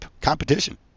competition